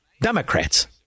democrats